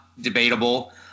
debatable